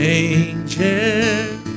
angels